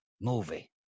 movie